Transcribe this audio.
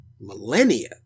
millennia